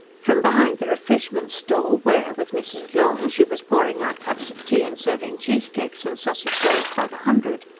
from behind the refreshment-stall where, with mrs. long, she was pouring out cups of tea and serving cheesecakes and sausage-rolls by the hundred,